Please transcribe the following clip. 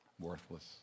Worthless